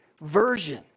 version